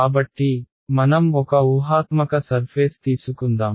కాబట్టి మనం ఒక ఊహాత్మక సర్ఫేస్ తీసుకుందాం